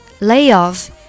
Layoff